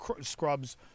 Scrubs